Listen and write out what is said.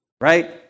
right